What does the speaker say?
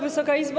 Wysoka Izbo!